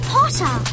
Potter